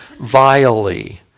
vilely